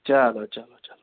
چَلو چَلو چَلو